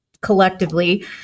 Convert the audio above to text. collectively